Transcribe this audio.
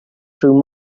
through